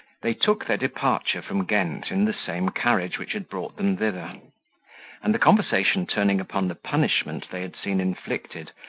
they took their departure from ghent in the same carriage which had brought them thither and the conversation turning upon the punishment they had seen inflicted,